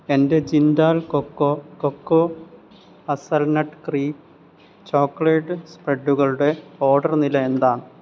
എന്റെ Jindal cocoa cocoa hazelnut cream chocolate സ്പ്രെഡുകളുടെ order നില എന്താണ്